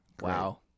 Wow